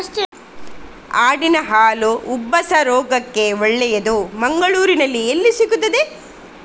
ಆಡಿನ ಹಾಲು ಉಬ್ಬಸ ರೋಗಕ್ಕೆ ಒಳ್ಳೆದು, ಮಂಗಳ್ಳೂರಲ್ಲಿ ಎಲ್ಲಿ ಸಿಕ್ತಾದೆ?